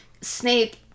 Snape